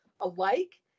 alike